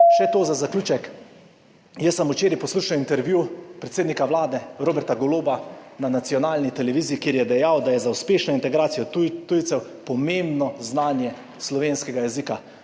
Še to za zaključek. Jaz sem včeraj poslušal intervju s predsednikom Vlade Robertom Golobom na nacionalni televiziji, kjer je dejal, da je za uspešno integracijo tujcev pomembno znanje slovenskega jezika.